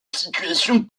situation